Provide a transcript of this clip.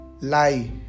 lie